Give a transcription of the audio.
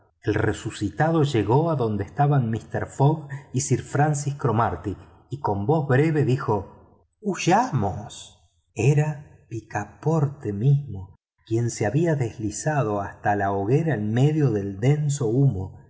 el resucitado llegó adonde estaban mister fogg y sir francis cromarty y con voz breve dijo huyamos era picaporte mismo quien se había deslizado hasta la hoguera en medio del denso humo